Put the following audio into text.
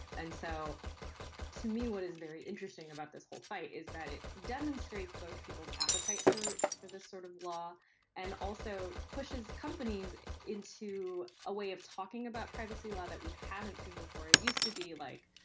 and so to me, what is very interesting about this whole fight is that it demonstrates both people's appetite for but this sort of law and also pushes companies into a way of talking about privacy law that we haven't seen before. it used to be like,